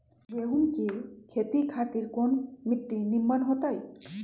गेंहू की खेती खातिर कौन मिट्टी निमन हो ताई?